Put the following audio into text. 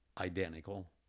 identical